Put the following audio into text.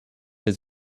his